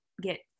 get